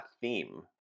theme